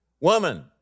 Woman